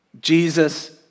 Jesus